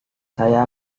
saya